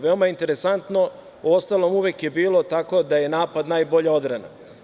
Veoma interesantno, u ostalom, uvek je bilo tako da je napad najbolja odbrana.